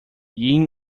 yin